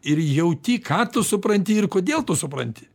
ir jauti ką tu supranti ir kodėl tu supranti